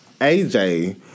AJ